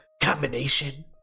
combination